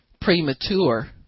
premature